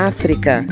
África